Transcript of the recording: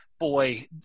Boy